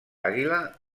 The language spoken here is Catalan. àguila